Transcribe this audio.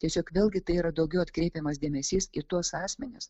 tiesiog vėlgi tai yra daugiau atkreipiamas dėmesys į tuos asmenis